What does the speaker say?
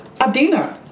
Adina